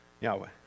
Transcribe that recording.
Yahweh